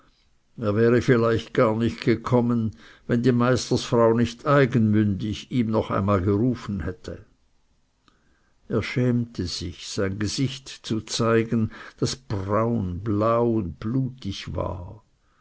er wäre vielleicht gar nicht gekommen wenn die meisterfrau nicht eigenmündig ihm noch einmal gerufen hätte er schämte sich sein gesicht zu zeigen das braun blau und blutig war